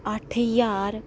अट्ठ ज्हार